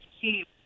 cheap